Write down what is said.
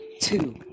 Two